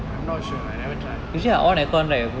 I'm not sure I never try